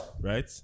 right